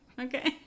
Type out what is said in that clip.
Okay